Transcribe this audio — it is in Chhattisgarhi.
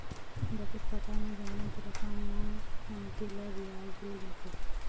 बचत खाता म जमा रकम म मनखे ल बियाज दे जाथे